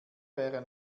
wäre